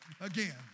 again